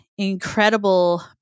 incredible